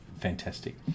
fantastic